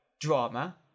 drama